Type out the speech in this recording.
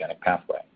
pathway